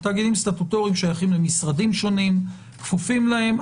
הם שייכים למשרדים שונים, כפופים להם.